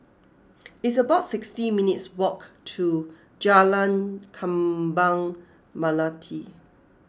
it's about sixty minutes' walk to Jalan Kembang Melati